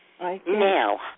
Now